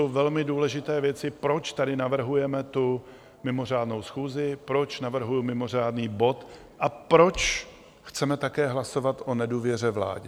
To jsou velmi důležité věci, proč tady navrhujeme tu mimořádnou schůzi, proč navrhuji mimořádný bod a proč chceme také hlasovat o nedůvěře vládě.